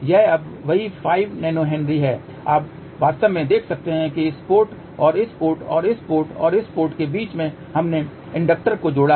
यह अब वही 5 nH है आप वास्तव में देख सकते हैं कि इस पोर्ट और इस पोर्ट और इस पोर्ट और इस पोर्ट के बीच में हमने इंडक्टर को जोड़ा है